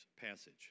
passage